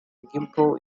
gimpo